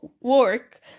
work